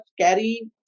carry